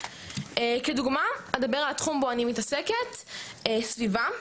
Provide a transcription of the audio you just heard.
כדוגמה אדבר על התחום בו אני מתעסקת, סביבה,